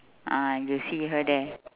ah you see her there